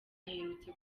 aherutse